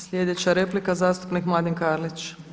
Sljedeća replika zastupnik Mladen Karlić.